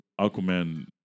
Aquaman